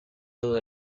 todo